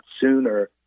sooner